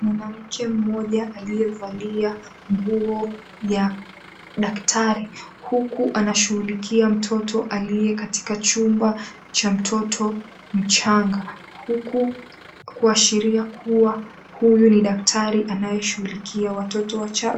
Mwanamke mmoja aliyevalia nguo ya daktari huku anashughulikia mtoto aliyekatika chumba cha mtoto mchanga. Huku kuashiria kuwa huyu ni daktari anayeshughulikia watoto wachanga.